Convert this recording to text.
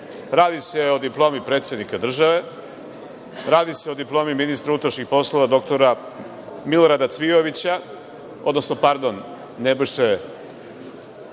Radi se o diplomi predsednika države, radi se o diplomi ministra unutrašnjih poslova dr Milorada Cvijovića, odnosno pardon, Nebojše